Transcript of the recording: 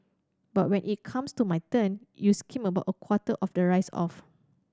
but when it comes to my turn you skim about a quarter of the rice off